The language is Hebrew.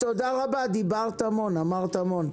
דיברת המון, אמרת המון.